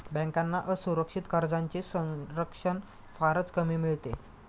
बँकांना असुरक्षित कर्जांचे संरक्षण फारच कमी मिळते